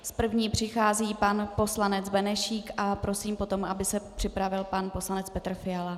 S první přichází pan poslanec Benešík a prosím, aby se připravil pan poslanec Petr Fiala.